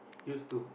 used to